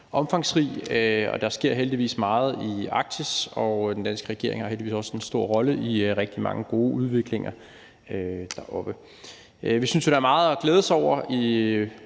omfangsrig. Der sker heldigvis meget i Arktis, og den danske regering har heldigvis også en stor rolle i rigtig mange gode udviklinger deroppe. Vi synes jo, at der er meget at glæde sig over i